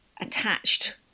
attached